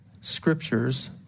scriptures